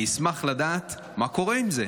אני אשמח לדעת מה קורה עם זה?